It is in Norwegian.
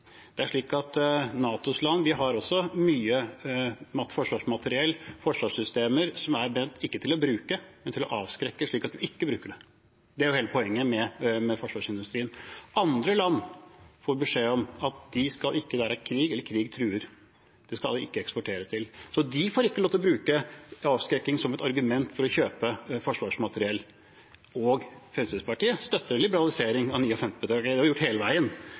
har også mye forsvarsmateriell, forsvarssystemer, som ikke er til å bruke, men til å avskrekke, slik at de ikke bruker det. Det er jo hele poenget med forsvarsindustrien. Andre land får beskjed om at der det er krig eller krig truer, dit skal vi ikke eksportere, så de får ikke lov til å bruke avskrekking som et argument for å kjøpe forsvarsmateriell. Fremskrittspartiet støtter liberalisering av 1959-vedtaket, det har vi gjort hele veien.